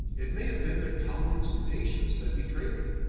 it may have been their tolerance and patience that betrayed them.